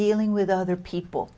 dealing with other people